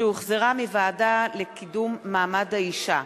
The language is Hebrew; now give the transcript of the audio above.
שהחזירה הוועדה לקידום מעמד האשה,